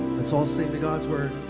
let's all sing to god's word.